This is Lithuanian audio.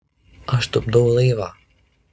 aš tupdau laivą